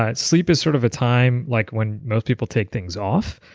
ah sleep is sort of a time like when most people take things off,